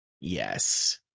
Yes